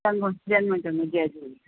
चङो चङो चङो जय झूलेलाल